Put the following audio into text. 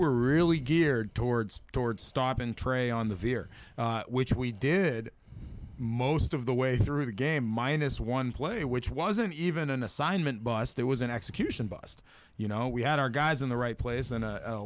were really geared towards towards stopping trey on the veer which we did most of the way through the game minus one play which wasn't even an assignment buss there was an execution bust you know we had our guys in the right pla